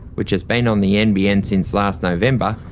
which has been on the nbn since last november,